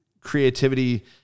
creativity